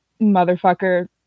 motherfucker